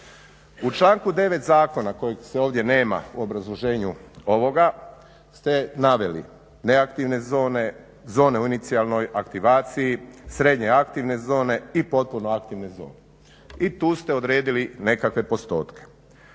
U članku 9. zakona kojeg ovdje nema u obrazloženju ovoga ste naveli neaktivne zone, zone u inicijalnoj aktivaciji, srednje aktivne zone i potpuno aktivne zone. I tu ste odredili nekakve postotke.